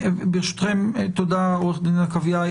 תודה עורכת הדין עקביה.